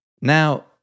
Now